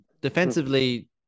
defensively